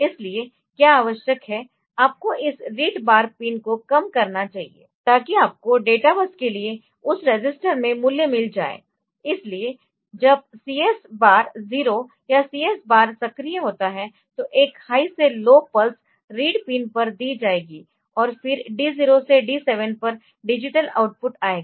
इसलिए क्या आवश्यक है आपको इस रीड बार पिन को कम करना चाहिए ताकि आपको डेटाबस के लिए उस रजिस्टर में मूल्य मिल जाए इसलिए जब CS बार 0 या CS बार सक्रिय होता है तो एक हाई से लो पल्स रीड पिन को दी जाएगी और फिर D 0 से D7 पर डिजिटल आउटपुट आएगा